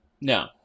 no